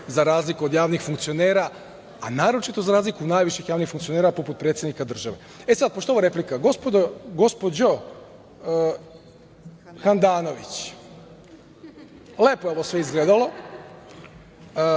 za razliku od javnih funkcionera, a naročito za razliku od najviših javnih funkcionera poput predsednika države.E sada, pošto je ovo replika, gospođo Handanović, lepo je ovo sve izgledalo,